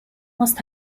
must